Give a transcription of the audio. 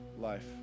life